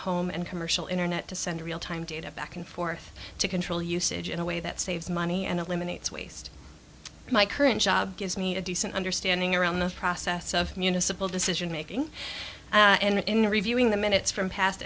home and commercial internet to send real time data back and forth to control usage in a way that saves money and eliminates waste my current job gives me a decent understanding around the process of municipal decision making and in reviewing the minutes from past